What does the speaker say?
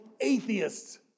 atheists